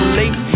late